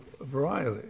variety